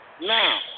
Now